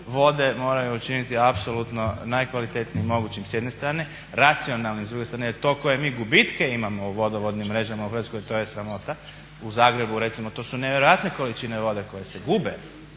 vode moraju učiniti apsolutno najkvalitetnijim mogućim s jedne strane, racionalnim s druge strane jel to koje mi gubitke imamo u vodovodnim mrežama u Hrvatskoj to je sramota. U Zagrebu recimo to su nevjerojatne količine vode koje se gube